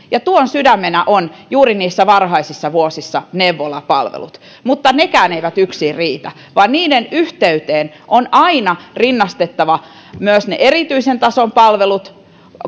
ja tuon sydämenä on juuri niissä varhaisissa vuosissa neuvolapalvelut mutta nekään eivät yksin riitä vaan niiden yhteyteen on aina rinnastettava myös ne erityisen tason palvelut